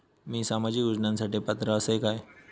मी सामाजिक योजनांसाठी पात्र असय काय?